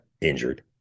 injured